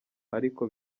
ariko